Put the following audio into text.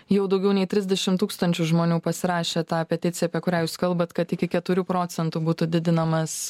jau daugiau nei trisdešimt tūkstančių žmonių pasirašė tą peticiją apie kurią jūs kalbat kad iki keturių procentų būtų didinamas